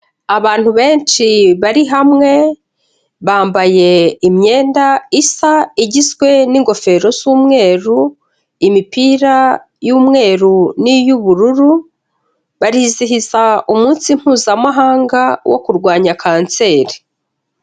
Abantu benshi bari hamwe, bambaye imyenda isa, igizwe n'ingofero z'umweru, imipira y'umweru n'iy'ubururu, barizihiza umunsi Mpuzamahanga wo kurwanya kanseri.